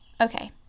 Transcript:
Okay